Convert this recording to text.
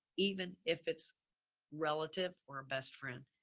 even if it's relative or best friend.